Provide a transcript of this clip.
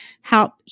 help